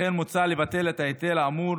לכן מוצע לבטל את ההיטל האמור,